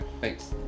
Thanks